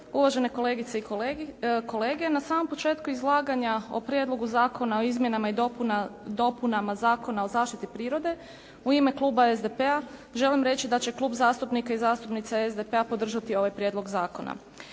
uvažene kolegice i kolege. Na samom početku izlaganja o Prijedlogu zakona o izmjenama i dopunama Zakona o zaštiti prirode u ime kluba SDP-a želim reći da će klub zastupnika i zastupnica SDP-a podržati ovaj prijedlog zakona.